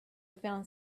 found